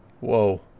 whoa